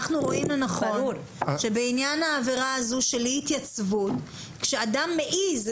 אנחנו רואים לנכון שבעניין העבירה הזו של אי התייצבות כשאדם מעיז.